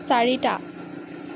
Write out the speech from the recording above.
চাৰিটা